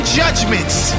judgments